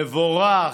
מבורך.